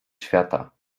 świata